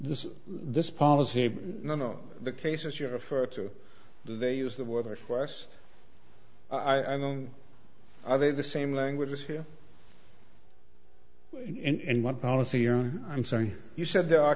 this this policy none of the cases you refer to they use the word for us i don't i think the same language is here in my policy or i'm sorry you said there are